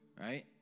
right